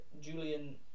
Julian